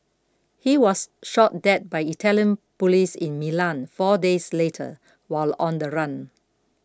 he was shot dead by Italian police in Milan four days later while on the run